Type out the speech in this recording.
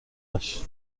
ازش